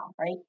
right